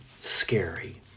scary